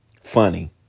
Funny